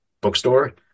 bookstore